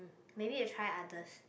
maybe you try others